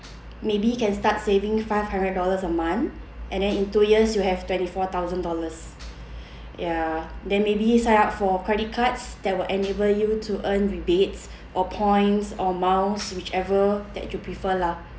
maybe can start saving five hundred dollars a month and then in two years you'll have twenty four thousand dollars ya then maybe sign up for credit cards that will enable you to earn rebates or points or miles whichever that you prefer lah